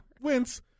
Wince